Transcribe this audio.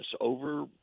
over